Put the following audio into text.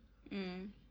mm